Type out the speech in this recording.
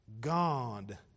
God